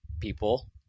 people